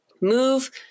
move